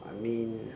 I mean